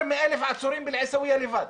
יותר מ-1,000 עצורים בעיסאוויה לבד,